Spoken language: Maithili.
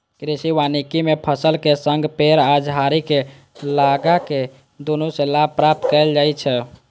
कृषि वानिकी मे फसलक संग पेड़ आ झाड़ी कें लगाके दुनू सं लाभ प्राप्त कैल जाइ छै